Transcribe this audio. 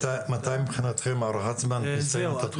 מתי מבחינתם תסיים את התוכנית?